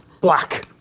black